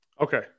okay